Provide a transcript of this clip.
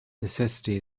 necessity